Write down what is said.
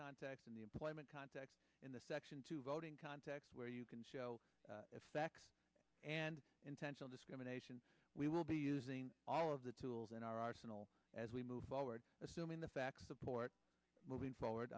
context in the employment context in the section two voting context where you can show effects and intentional discrimination we will be using all of the tools in our arsenal as we move forward assuming the facts support moving forward